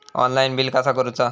Online bill कसा करुचा?